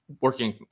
working